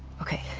okay.